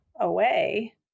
away